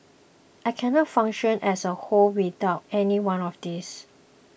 I cannot function as a whole without any one of these